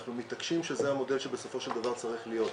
אנחנו מתעקשים שזה המודל שבסופו של דבר צריך להיות.